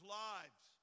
lives